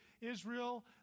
Israel